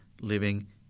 living